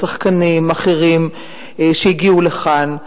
שחקנים אחרים שהגיעו לכאן,